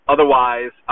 Otherwise